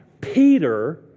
Peter